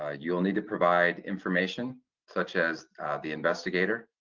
ah you will need to provide information such as the investigator,